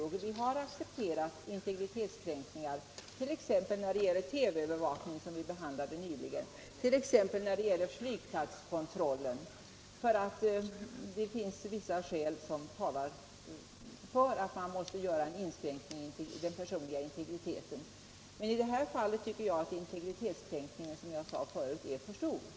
Vi har av särskilda skäl accepterat integritetskränkningar t.ex. när det gäller TV-övervakning och flygplatskontroll, men i det här fallet tycker jag att integritetskränkningen är för stor.